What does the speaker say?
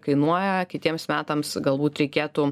kainuoja kitiems metams galbūt reikėtų